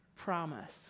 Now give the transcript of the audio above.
promise